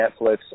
Netflix